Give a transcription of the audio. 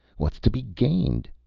what's to be gained?